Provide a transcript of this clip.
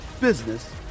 business